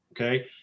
okay